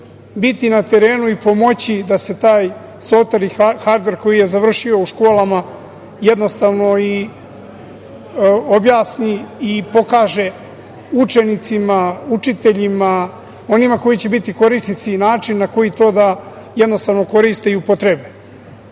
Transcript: biti na terenu i pomoći da se taj softver i hardver koji je završio u školama jednostavno i objasni i pokaže učenicima, učiteljima, onima koji će biti korisnici i način na koji to da jednostavno koriste i upotrebe.